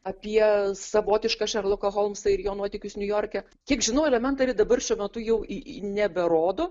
apie savotišką šerloką holmsą ir jo nuotykius niujorke kiek žinau elementari dabar šiuo metu jau į į neberodo